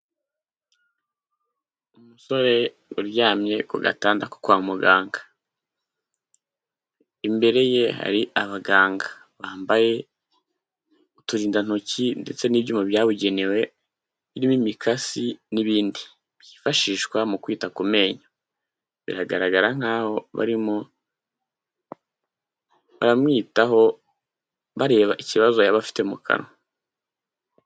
Umusore uryamye muganga. Imbere ye hari abaganga bambaye uturindantoki ndetse n'ibyuma byabugenewe birimo imikasi n'ibindi byifashishwa mu kwita ku menyo. Biragaragara nk'aho barimo abamwitaho bareba ikibazo yaba afite mu kanwa.